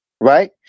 Right